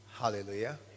Hallelujah